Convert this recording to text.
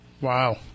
Wow